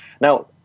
Now